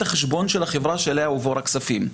מנספר החשבון של החברה אליה הועברו הכספים,